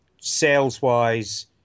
sales-wise